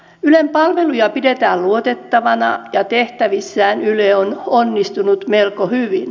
ylen palveluja pidetään luotettavina ja tehtävissään yle on onnistunut melko hyvin